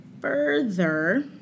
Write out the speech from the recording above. further